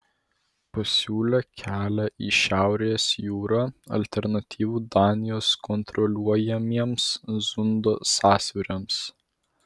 pasiūlė kelią į šiaurės jūrą alternatyvų danijos kontroliuojamiems zundo sąsiauriams